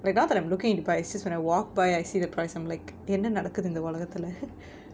but not that I'm looking to buy just when I walk by I see the price I'm like என்ன நடக்குது இந்த ஒலகத்துல:enna nadakkuthu intha olakkathula